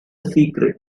secret